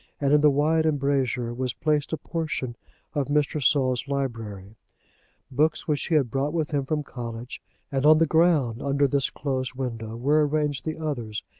and in the wide embrasure was placed a portion of mr. saul's library books which he had brought with him from college and on the ground under this closed window were arranged the others,